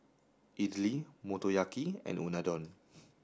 Idili Motoyaki and unadon